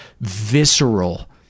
visceral